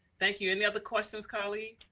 thank you. any other questions colleagues?